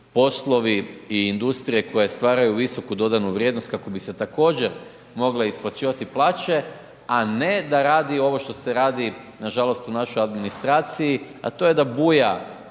poslovi i industrije koje stvaraju visoku dodanu vrijednost kako bi se također mogle isplaćivati plaće, a ne da radi ovo što se radi nažalost u našoj administraciji, a to je da buja